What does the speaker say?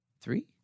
Three